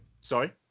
sorry